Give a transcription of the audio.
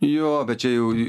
jo bet čia jau